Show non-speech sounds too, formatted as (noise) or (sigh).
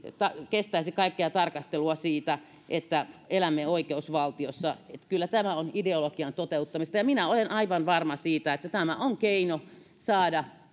kestäisi kaikkea tarkastelua siitä että elämme oikeusvaltiossa kyllä tämä on ideologian toteuttamista ja minä olen aivan varma siitä että tämä on keino saada (unintelligible)